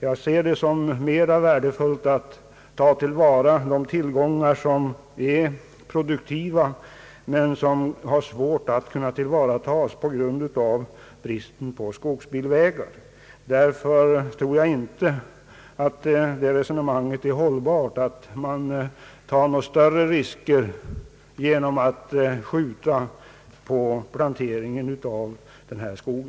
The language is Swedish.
Jag ser det som mera värdefullt att ta till vara de tillgångar som är produktiva men som på grund av bristen på skogsbilvägar är svåra att tillvarata. Därför tror jag inte att det är ett hållbart resonemang att man skulle ta några större risker genom att skjuta på planteringen av denna skog.